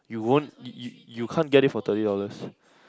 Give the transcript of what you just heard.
you won't you you can't get it for thirty dollars